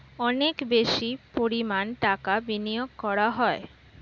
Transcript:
অনেক বেশি পরিমাণ টাকা বিনিয়োগ করা হয়